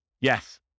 Yes